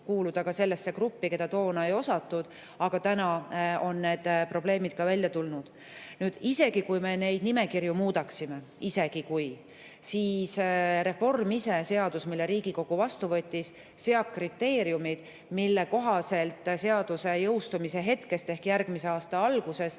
kuuluda sellesse gruppi, keda toona ei osatud. Aga täna on need probleemid välja tulnud. Isegi kui me neid nimekirju muudaksime – isegi kui –, siis reform ise, seadus, mille Riigikogu vastu võttis, seab kriteeriumid, mille kohaselt seaduse jõustumise hetkest ehk järgmise aasta algusest